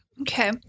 Okay